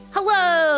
Hello